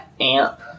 AMP